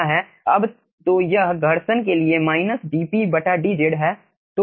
अब तो यह घर्षण के लिए dpdz है